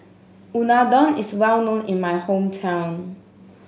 unadon is well known in my hometown